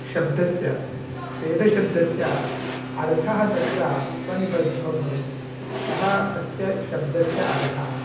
शब्दस्य वेदशब्दस्य अर्थः तत्र उपनिबद्धो भवति कः अस्य शब्दस्य अर्थः